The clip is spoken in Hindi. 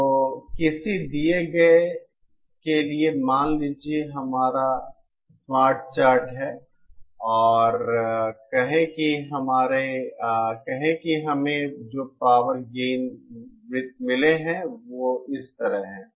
तो किसी दिए गए के लिए मान लीजिए कि यह हमारा स्मार्ट चार्ट है और कहें कि हमें जो पावर गेन वृत्त मिले हैं वे इस तरह हैं